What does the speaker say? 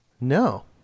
No